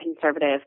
conservative